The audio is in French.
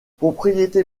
propriété